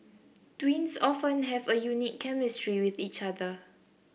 twins often have a unique chemistry with each other